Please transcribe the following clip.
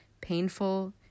painful